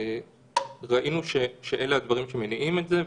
אלה הדברים שמניעים את זה.